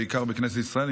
בעיקר בכנסת ישראל.